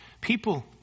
people